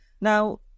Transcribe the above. now